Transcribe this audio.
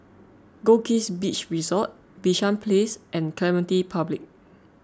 Goldkist Beach Resort Bishan Place and Clementi Public